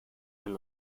and